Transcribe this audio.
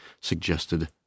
suggested